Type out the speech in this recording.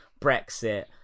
brexit